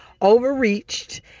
overreached